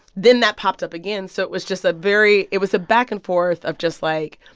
then that popped up again, so it was just a very it was a back and forth of just like,